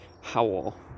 Howell